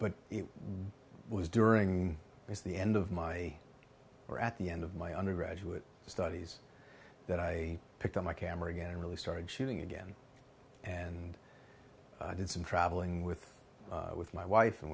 but it was during is the end of my or at the end of my undergraduate studies that i picked up my camera again and really started shooting again and i did some traveling with with my wife and